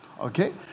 okay